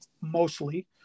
mostly